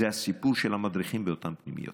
זה הסיפור של המדריכים באותן פנימיות.